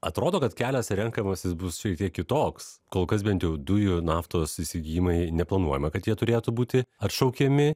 atrodo kad kelias renkamasis bus šiek tiek kitoks kol kas bent jau dujų naftos įsigijimai neplanuojama kad jie turėtų būti atšaukiami